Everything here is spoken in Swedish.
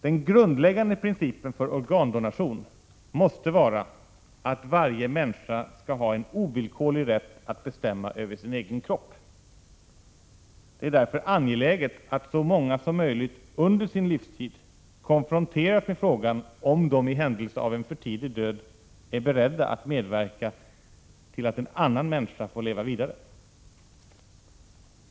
Den grundläggande principen för organdonation måste vara att varje människa skall ha en ovillkorlig rätt att bestämma över sin egen kropp. Det är därför angeläget att så många som möjligt under sin livstid konfronteras med frågan om de i händelse av en för tidig död är beredda att medverka till att en annan människa får leva vidare.